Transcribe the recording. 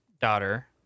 daughter